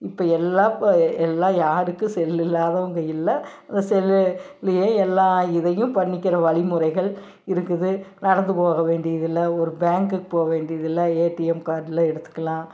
இப்போ எல்லாம் இப்போ எல்லாம் யாருக்கும் செல்லு இல்லாதவங்க இல்லை செல்லுலியே எல்லா இதையும் பண்ணிக்கிற வலிமுறைகள் இருக்குது நடந்துப்போக வேண்டியதில்லை ஒரு பேங்குக்கு போக வேண்டியதில்லை ஏடிஎம் கார்டில் எடுத்துக்கலாம்